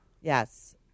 Yes